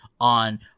on